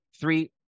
three